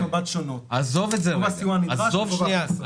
מבט שונות גובה הסיוע הנדרש וגובה ההכנסות.